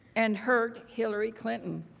and hurt hillary clinton.